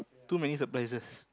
too many surprises